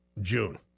June